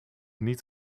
niet